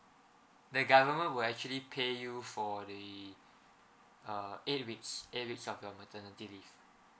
the government will actually pay you for the uh eight weeks eight weeks of your maternity leave